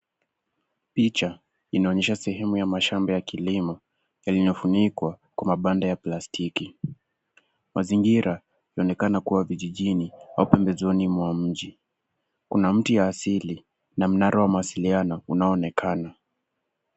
Picha, inaonyesha sehemu ya mashamba ya kilimo yaliyofunikwa kwa mabanda ya plastiki. Mazingira inaonekana kuwa vijijini au pembezoni mwa mjii. Kuna mti ya asili na mnara wa mawasiliano unaonekana.